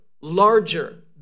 larger